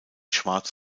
schwarz